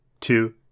two